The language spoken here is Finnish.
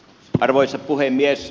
arvoisa puhemies